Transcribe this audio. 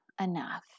enough